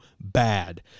bad